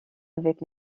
avec